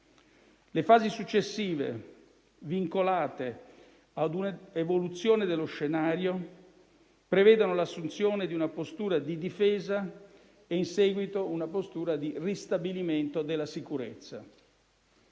Le fasi successive, vincolate a un'evoluzione dello scenario, prevedono l'assunzione di una postura di difesa e, in seguito, di ristabilimento della sicurezza.